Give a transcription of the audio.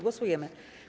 Głosujemy.